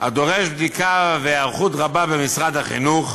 הדורש בדיקה והיערכות רבה במשרד החינוך.